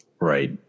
Right